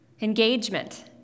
Engagement